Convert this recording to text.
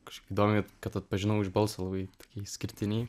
kažkaip įdomiai kad atpažinau iš balso labai išskirtinį